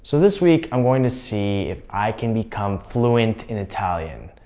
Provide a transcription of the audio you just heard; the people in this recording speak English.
so, this week i'm going to see if i can become fluent in italian.